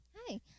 Hi